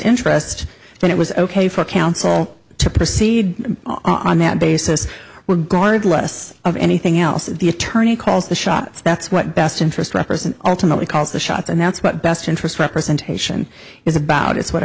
interest then it was ok for counsel to proceed on that basis we're guarded less of anything else that the attorney calls the shots that's what best interest represent ultimately calls the shots and that's what best interest representation is about is what